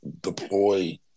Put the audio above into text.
deploy